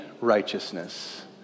righteousness